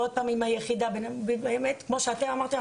כמו שאמרתם,